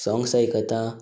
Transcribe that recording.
songs आयकतां